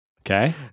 Okay